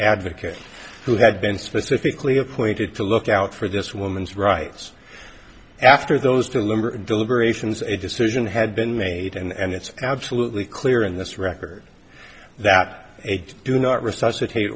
advocate who had been specifically appointed to look out for this woman's rights after those deliberate deliberations a decision had been made and it's absolutely clear in this record that eight do not resuscitate